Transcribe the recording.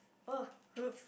oh whoops